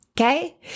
Okay